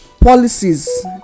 policies